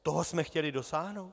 Toho jsme chtěli dosáhnout?